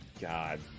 God